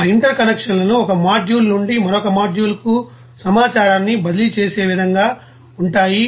ఆ ఇంటర్ కనెక్షన్లు ఒక మాడ్యూల్ నుండి మరొక మాడ్యూల్ కు సమాచారాన్ని బదిలీ చేసే విధంగా ఉంటాయి